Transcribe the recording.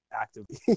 actively